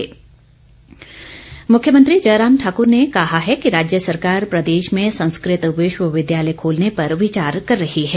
संस्कृत विश्वविद्यालय मुख्यमंत्री जयराम ठाकर ने कहा है कि राज्य सरकार प्रदेश में संस्कृत विश्वविद्यालय खोलने पर विचार कर रही है